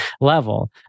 level